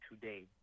today